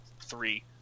three